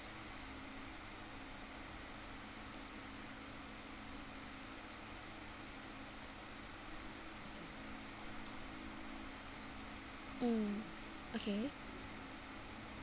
mm okay